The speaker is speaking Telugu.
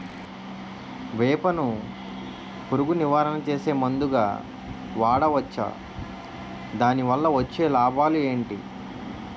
వేప ను పురుగు నివారణ చేసే మందుగా వాడవచ్చా? దాని వల్ల వచ్చే లాభాలు ఏంటి?